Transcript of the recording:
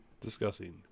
discussing